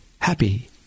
happy